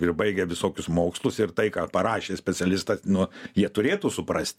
ir baigę visokius mokslus ir tai ką parašė specialistas nu jie turėtų suprast